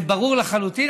זה ברור לחלוטין.